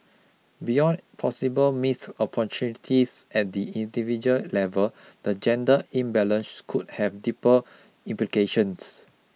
beyond possible missed opportunities at the individual level the gender imbalance could have deeper implications